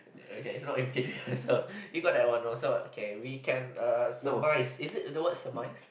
okay so you're not inferior so you got that one so okay we can uh surmise is it the word surmise